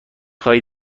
خواهی